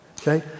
okay